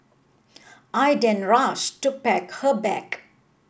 I then rush to pack her bag